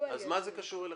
אז מה זה קשור אליכם?